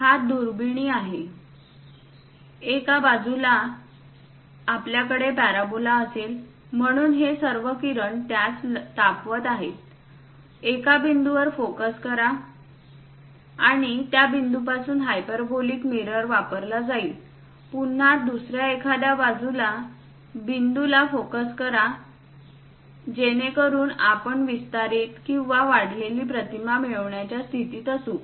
हा दुर्बिणी आहे एका बाजूला आपल्याकडे पॅराबोला असेल म्हणून हे सर्व किरण त्यास तापवत आहेत एका बिंदूवर फोकस करा आणि त्या बिंदूपासून हायपरबोलिक मिरर वापरला जाईल पुन्हा दुसऱ्या एखाद्या बिंदूला फोकस करा जेणेकरून आपण विस्तारीत किंवा वाढवलेली प्रतिमा मिळवण्याच्या स्थितीत असू